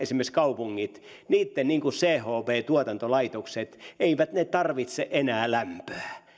kaupungit niitten chp tuotantolaitokset eivät ne tarvitse enää lämpöä